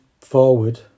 forward